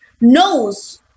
knows